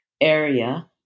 area